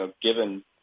given